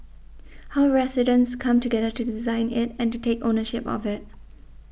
how residents come together to design it and to take ownership of it